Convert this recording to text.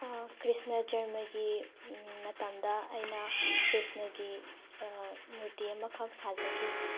ꯀ꯭ꯔꯤꯁꯅ ꯖ꯭ꯔꯃꯒꯤ ꯃꯇꯝꯗ ꯑꯩꯅ ꯀ꯭ꯔꯤꯁꯅꯒꯤ ꯃꯨꯔꯇꯤ ꯑꯃꯈꯛ ꯁꯥꯖꯈꯤ